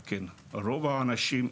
רוב האנשים,